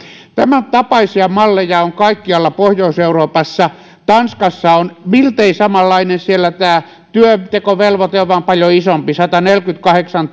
tämäntapaisia malleja on kaikkialla pohjois euroopassa tanskassa on miltei samanlainen siellä tämä työntekovelvoite on vain paljon isompi sataneljäkymmentäkahdeksan